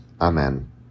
Amen